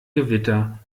gewitter